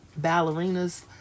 ballerinas